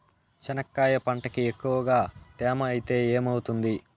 చెనక్కాయ పంటకి ఎక్కువగా తేమ ఐతే ఏమవుతుంది?